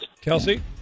Kelsey